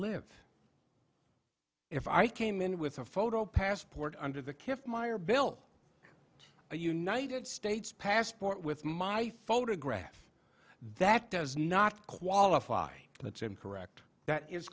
live if i came in with a photo passport under the care of my or bill a united states passport with my photograph that does not qualify that's incorrect that is